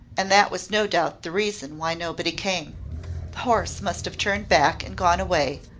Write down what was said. and that was no doubt the reason why nobody came the horse must have turned back and gone away,